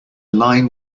line